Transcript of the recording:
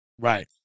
Right